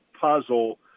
puzzle